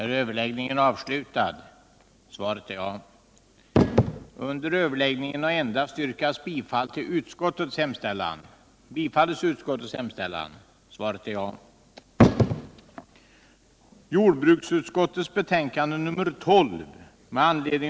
I fråga om detta betänkande hålls gemensam överläggning för samtliga punkter. Under den gemensamma överläggningen får yrkanden framställas beträffande samtliga punkter i betänkandet. I det följande redovisas endast de punkter, vid vilka under överläggningen framställts särskilda yrkanden.